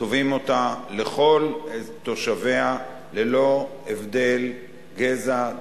תובעים אותם לכל תושביה ללא הבדל גזע,